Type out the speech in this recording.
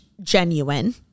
genuine